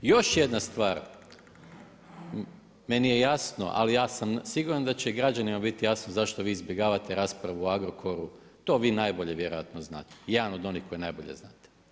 Još jedna stvar, meni je jasno, ali ja sam siguran da će i građanima biti jasno zašto vi izbjegavate raspravu u Agrokoru, to vi najbolje znate, jedan od onih koji najbolje znate.